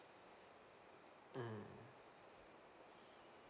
mm